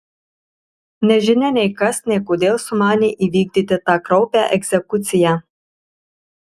nežinia nei kas nei kodėl sumanė įvykdyti tą kraupią egzekuciją